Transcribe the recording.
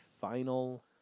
final